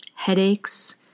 headaches